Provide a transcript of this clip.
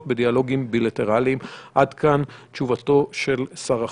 בדיאלוגים בילטרליים." עד כאן תשובתו של שר החוץ.